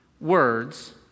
Words